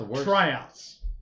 tryouts